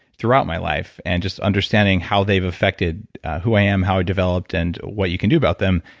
throughout my life and just understanding how they've affected who i am, how i developed and what you can do about them,